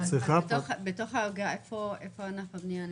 בתוך העוגה איפה ענף הבניין נמצא?